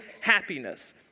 happiness